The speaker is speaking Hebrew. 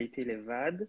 עליתי לבד.